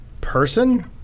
person